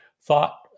thought